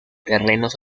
terrenos